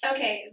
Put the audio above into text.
Okay